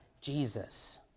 Jesus